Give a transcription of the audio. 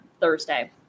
Thursday